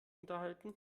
unterhalten